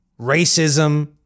racism